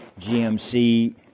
gmc